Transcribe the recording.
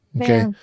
okay